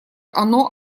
оно